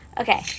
Okay